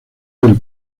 del